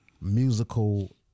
musical